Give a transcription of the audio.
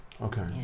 Okay